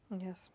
Yes